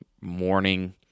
morning